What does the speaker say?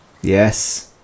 yes